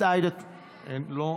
לא,